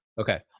Okay